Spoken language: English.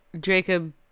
Jacob